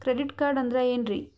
Credit card ಅಂದ್ರ ಏನ್ರೀ?